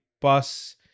bus